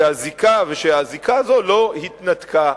שהזיקה הזו לא התנתקה.